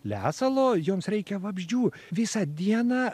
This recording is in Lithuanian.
lesalo joms reikia vabzdžių visą dieną